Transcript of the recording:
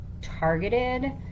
targeted